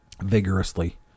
vigorously